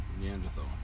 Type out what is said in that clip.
Neanderthal